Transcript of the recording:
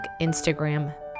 Instagram